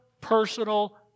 personal